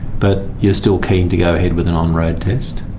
but you're still keen to go ahead with an on-road test?